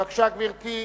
בבקשה, גברתי.